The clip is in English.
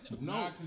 No